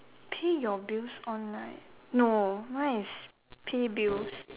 pay your bills online no mine is pay bills